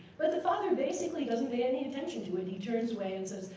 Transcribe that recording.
but the father, basically, doesn't pay any attention to it. he turns away and says,